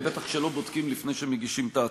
בטח כשלא בודקים לפני שמגישים את ההצעות.